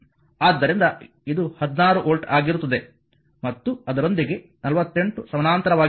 ಆದ್ದರಿಂದ ಇದು 16 ವೋಲ್ಟ್ ಆಗಿರುತ್ತದೆ ಮತ್ತು ಅದರೊಂದಿಗೆ 48 ಸಮಾನಾಂತರವಾಗಿರುತ್ತದೆ